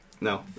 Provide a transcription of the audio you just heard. No